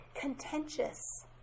contentious